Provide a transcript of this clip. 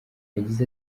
yagize